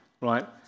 right